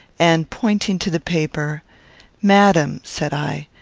and, pointing to the paper madam, said i,